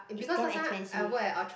it's damn expensive